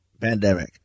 pandemic